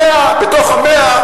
בתוך ה-100,